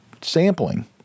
sampling